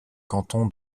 canton